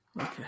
Okay